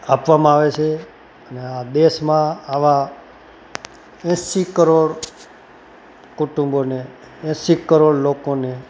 આપવામાં આવે છે અને આ દેશમાં આવા એંસી કરોડ કુટુંબોને એંસી કરોડ લોકોને